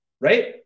right